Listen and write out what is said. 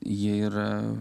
jie yra